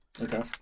Okay